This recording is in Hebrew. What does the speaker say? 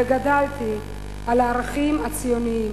וגדלתי על הערכים הציוניים,